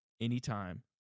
anytime